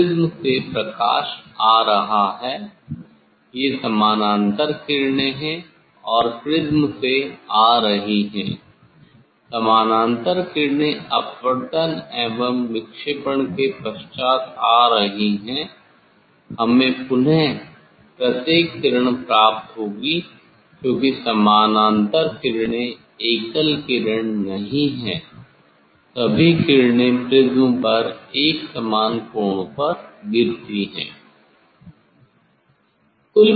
अब प्रिज़्म से प्रकाश आ रहा है ये समानांतर किरणें है और प्रिज़्म से आ रही है समानांतर किरणें अपवर्तन एवं विक्षेपण के पश्चात आ रही है हमें पुन प्रत्येक किरण प्राप्त होगी क्योंकि समानांतर किरणें एकल किरण नहीं है सभी किरणें प्रिज़्म पर एक समान कोण पर गिरती है